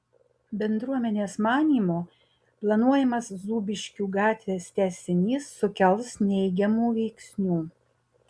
bendruomenės manymu planuojamas zūbiškių gatvės tęsinys sukels neigiamų veiksnių